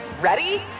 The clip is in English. Ready